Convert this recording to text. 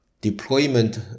Deployment